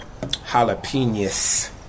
Jalapenos